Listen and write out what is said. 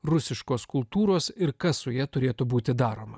rusiškos kultūros ir kas su ja turėtų būti daroma